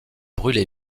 brûlé